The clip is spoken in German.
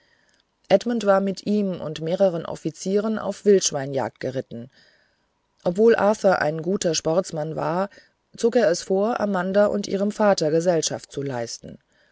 edmund war mit ihm und mehreren offizieren auf wildschweinjagd geritten obwohl arthur ein guter sportsmann war zog er es vor amanda und ihrem vater gesellschaft zu leisten